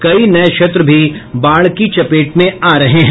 कई नये क्षेत्र भी बाढ़ की चपेट में आ रहे हैं